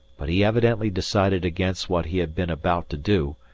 but he evidently decided against what he had been about to do,